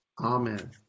Amen